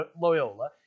Loyola